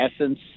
essence